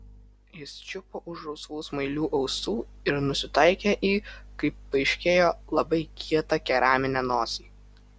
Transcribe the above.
jis čiupo už rausvų smailių ausų ir nusitaikė į kaip paaiškėjo labai kietą keraminę nosį